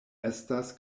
estas